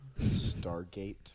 Stargate